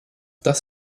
das